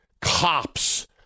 cops